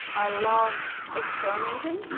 i love experimenting